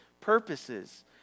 purposes